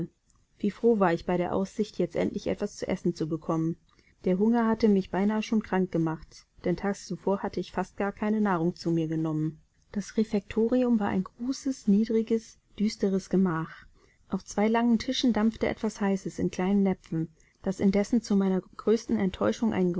wie froh war ich bei der aussicht jetzt endlich etwas zu essen zu bekommen der hunger hatte mich beinahe schon krank gemacht denn tags zuvor hatte ich fast gar keine nahrung zu mir genommen das refektorium war ein großes niedriges düsteres gemach auf zwei langen tischen dampfte etwas heißes in kleinen näpfen das indessen zu meiner größten enttäuschung